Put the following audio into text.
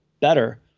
better